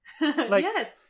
Yes